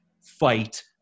fight